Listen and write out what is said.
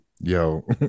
yo